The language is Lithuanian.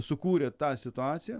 sukūrė tą situaciją